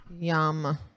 Yum